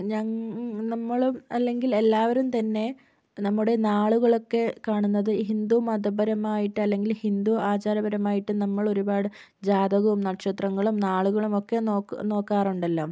ഞ നമ്മളും അല്ലെങ്കിൽ എല്ലാവരും തന്നെ നമ്മുടെ നാളുകളൊക്കെ കാണുന്നത് ഹിന്ദു മതപരമായിട്ട് അല്ലെങ്കിൽ ഹിന്ദു ആചാരപരമായിട്ട് നമ്മൾ ഒരുപാട് ജാതകവും നക്ഷത്രങ്ങളും നാളുകളും ഒക്കെ നോക്ക് നോക്കാറുണ്ടല്ലോ